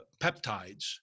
peptides